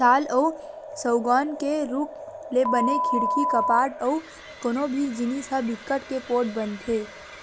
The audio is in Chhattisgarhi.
साल अउ सउगौन के रूख ले बने खिड़की, कपाट अउ कोनो भी जिनिस ह बिकट के पोठ बनथे